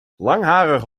langharige